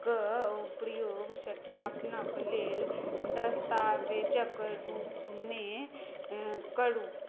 कऽ प्रयोग सत्यापनक लेल दस्तावेजक रूपमे करू